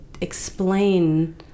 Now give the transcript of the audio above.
explain